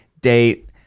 date